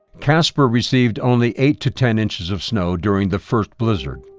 casper received only eight to ten inches of snow during the first blizzard,